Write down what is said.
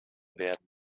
werden